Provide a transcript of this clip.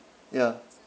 ya